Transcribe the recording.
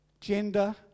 gender